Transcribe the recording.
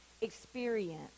experience